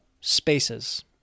spaces